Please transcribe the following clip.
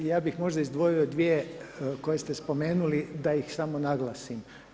Ja bih možda izdvojio dvije koje ste spomenuli da ih samo naglasim.